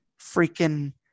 freaking